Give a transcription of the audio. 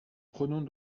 prenons